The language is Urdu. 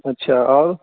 اچّھا اور